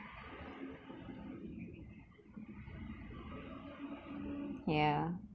yeah